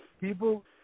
People